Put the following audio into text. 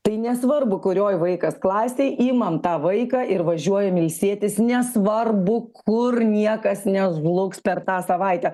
tai nesvarbu kurioj vaikas klasėj imam tą vaiką ir važiuojam ilsėtis nesvarbu kur niekas nežlugs per tą savaitę